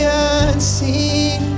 unseen